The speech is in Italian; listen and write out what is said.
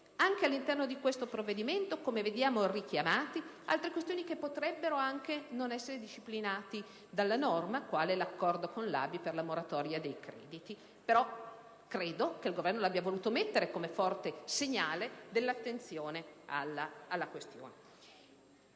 anche all'interno del provvedimento in esame, come vediamo richiamate altre questioni che potrebbero non essere disciplinate dalla norma, quale l'accordo con l'ABI per la moratoria dei crediti, che credo il Governo abbia voluto inserire come forte segnale di attenzione alla questione.